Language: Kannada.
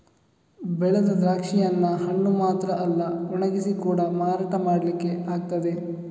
ಬೆಳೆದ ದ್ರಾಕ್ಷಿಯನ್ನ ಹಣ್ಣು ಮಾತ್ರ ಅಲ್ಲ ಒಣಗಿಸಿ ಕೂಡಾ ಮಾರಾಟ ಮಾಡ್ಲಿಕ್ಕೆ ಆಗ್ತದೆ